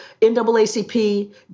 NAACP